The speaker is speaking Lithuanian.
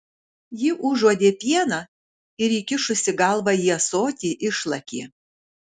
ji užuodė pieną ir įkišusi galvą į ąsotį išlakė